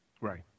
Right